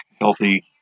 healthy